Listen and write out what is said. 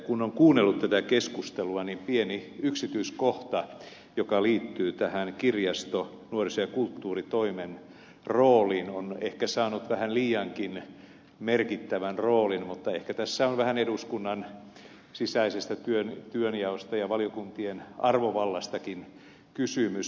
kun on kuunnellut tätä keskustelua niin pieni yksityiskohta joka liittyy tähän kirjasto nuoriso ja kulttuuritoimen rooliin on ehkä saanut vähän liiankin merkittävän roolin mutta ehkä tässä on vähän eduskunnan sisäisestä työnjaosta ja valiokuntien arvovallastakin kysymys